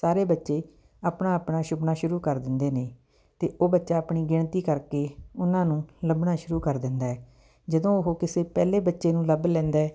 ਸਾਰੇ ਬੱਚੇ ਆਪਣਾ ਆਪਣਾ ਛੁਪਣਾ ਸ਼ੁਰੂ ਕਰ ਦਿੰਦੇ ਨੇ ਅਤੇ ਉਹ ਬੱਚਾ ਆਪਣੀ ਗਿਣਤੀ ਕਰਕੇ ਉਹਨਾਂ ਨੂੰ ਲੱਭਣਾ ਸ਼ੁਰੂ ਕਰ ਦਿੰਦਾ ਜਦੋਂ ਉਹ ਕਿਸੇ ਪਹਿਲੇ ਬੱਚੇ ਨੂੰ ਲੱਭ ਲੈਂਦਾ